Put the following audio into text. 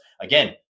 again